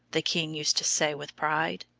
the king used to say with pride.